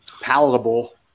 palatable